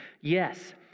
Yes